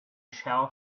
shell